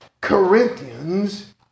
Corinthians